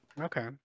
Okay